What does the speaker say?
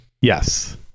Yes